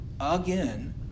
again